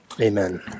Amen